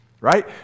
right